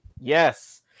Yes